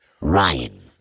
Ryan